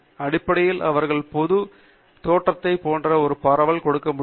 அடிப்படையில் அவர்கள் பொதுவாக நீங்கள் தோற்றத்தை போன்ற ஒரு பரவல் தாள் கொடுக்க முடியும்